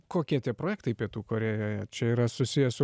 kokie tie projektai pietų korėjoje čia yra susiję su